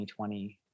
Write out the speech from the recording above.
2020